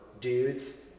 dudes